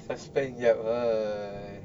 suspend jap